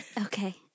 Okay